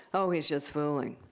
oh, he's just fooling